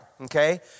Okay